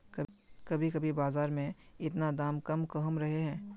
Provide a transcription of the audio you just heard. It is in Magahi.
कभी कभी बाजार में इतना दाम कम कहुम रहे है?